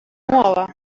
nuova